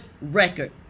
record